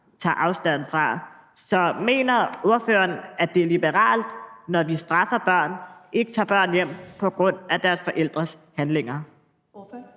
tager afstand fra. Så mener ordføreren, at det er liberalt, når vi straffer børn, ikke tager børn hjem, på grund af deres forældres handlinger?